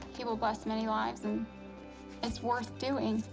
he will bless many lives, and it's worth doing.